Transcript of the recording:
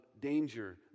Danger